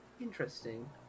Interesting